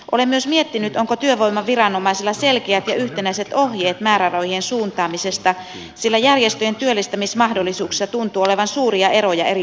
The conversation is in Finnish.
olen myös miettinyt onko työvoimaviranomaisilla selkeät ja yhtenäiset ohjeet määrärahojen suuntaamisesta sillä järjestöjen työllistämismahdollisuuksissa tuntuu olevan suuria eroja eri puolella suomea